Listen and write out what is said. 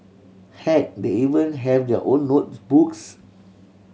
heck they even have their own notebooks